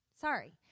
Sorry